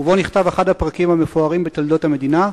ובו נכתב אחד הפרקים המפוארים בתולדות המדינה.